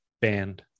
band